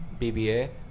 BBA